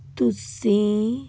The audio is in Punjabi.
ਤੁਸੀਂ